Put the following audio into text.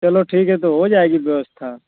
चलो ठीक है तो हो जायेगी व्यवस्था